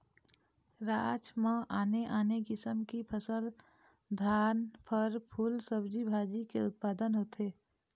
राज म आने आने किसम की फसल, धान, फर, फूल, सब्जी भाजी के उत्पादन होथे